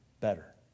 better